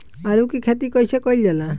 आलू की खेती कइसे कइल जाला?